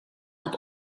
het